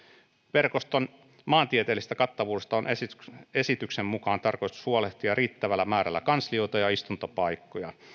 verkoston maantieteellisestä kattavuudesta on esityksen mukaan tarkoitus huolehtia riittävällä määrällä kanslioita ja istuntopaikkoja